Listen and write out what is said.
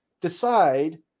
decide